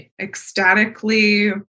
ecstatically